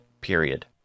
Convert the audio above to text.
period